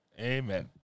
Amen